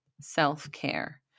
self-care